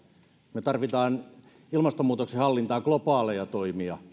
me tarvitsemme ilmastonmuutoksen hallintaan globaaleja toimia